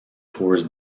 tours